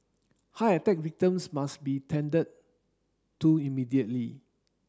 heart attack victims must be tended to immediately